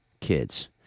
kids